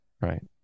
right